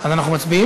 אז אנחנו מצביעים?